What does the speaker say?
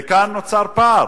וכאן נוצר פער,